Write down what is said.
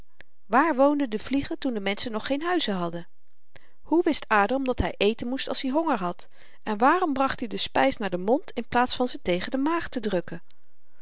waar woonden de vliegen toen de menschen nog geen huizen hadden hoe wist adam dat hy eten moest als i honger had en waarom bracht i de spys naar den mond in plaats van ze tegen de maag te drukken